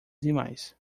demais